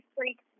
Freak